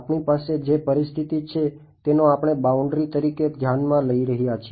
આપણી પાસે જે પરિસ્થિતિ છે તેનો આપણે બાઉન્ડ્રી તરીકે ધ્યાનમાં લઇ રહ્યા છીએ